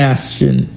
Ashton